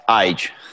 Age